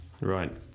Right